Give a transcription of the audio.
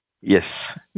Yes